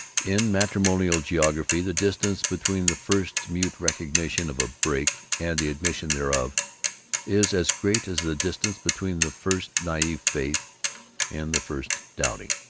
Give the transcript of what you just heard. in matrimonial geography the distance between the first mute recognition of a break and the admission thereof is as great as the distance between the first naive faith and the first doubting.